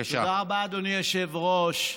תודה רבה, אדוני היושב-ראש.